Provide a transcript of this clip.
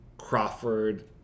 Crawford